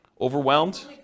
Overwhelmed